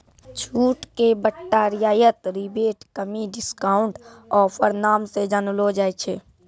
छूट के बट्टा रियायत रिबेट कमी डिस्काउंट ऑफर नाम से जानलो जाय छै